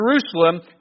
Jerusalem